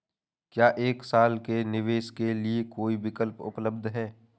क्या एक साल के निवेश के लिए कोई विकल्प उपलब्ध है?